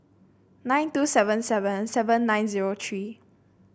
nine two seven seven seven nine zero three